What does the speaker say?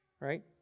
right